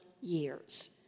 years